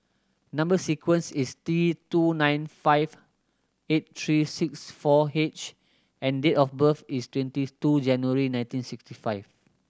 number sequence is T two nine five eight three six four H and date of birth is twenty two January nineteen sixty five